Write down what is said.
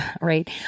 right